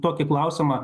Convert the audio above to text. tokį klausimą